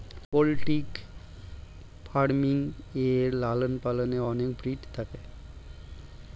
poultry farming এ লালন পালনে অনেক ব্রিড থাকে